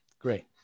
Great